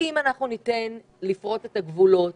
אם אנחנו ניתן לפרוץ את הגבולות